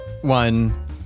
one